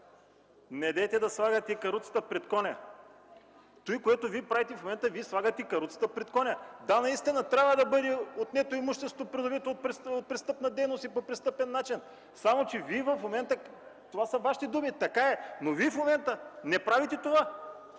„Недейте да слагате каруцата пред коня”. В момента Вие слагате каруцата пред коня! Да, наистина трябва да бъде отнето имуществото, придобито от престъпна дейност и по престъпен начин! Само че Вие в момента – това са Вашите думи, така е, но в момента не правите това!